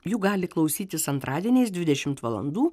jų gali klausytis antradieniais dvidešimt valandų